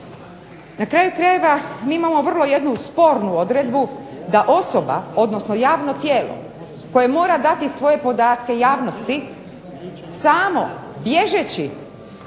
Na kraju krajeva mi imamo vrlo jednu spornu odredbu da osoba, odnosno javno tijelo koje mora dati svoje podatke javnosti samo bježeći